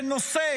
שנושא